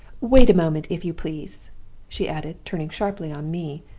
wait a moment, if you please she added, turning sharply on me,